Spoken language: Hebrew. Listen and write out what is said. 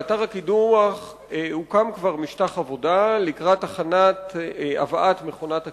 באתר הקידוח הוקם כבר משטח עבודה לקראת הבאת מכונת הקידוח.